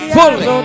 fully